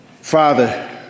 Father